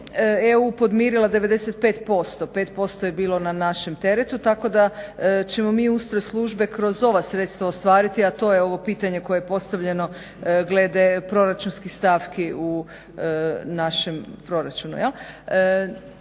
EU podmirila 95%. 5% je bilo na našem teretu, tako da ćemo mi ustroj službe kroz ova sredstva ostvariti, a to je ovo pitanje koje je postavljeno glede proračunskih stavki u našem proračunu.